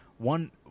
One